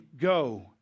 go